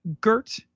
Gert